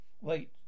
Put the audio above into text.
Wait